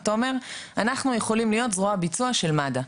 אתה אומר: אנחנו יכולים להיות זרוע הביצוע של מד"א.